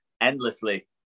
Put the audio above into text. endlessly